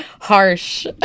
harsh